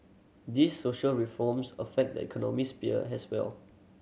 these social reforms affect the economy sphere as well